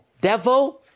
devil